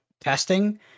testing